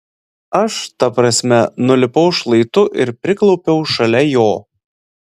aš ta prasme nulipau šlaitu ir priklaupiau šalia jo